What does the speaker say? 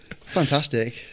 Fantastic